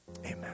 Amen